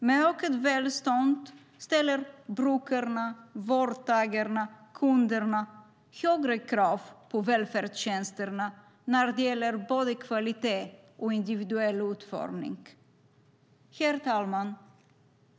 Med ökat välstånd ställer brukarna, vårdtagarna, kunderna högre krav på välfärdstjänsterna både när det gäller kvalitet och individuell utformning. Herr talman!